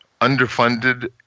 underfunded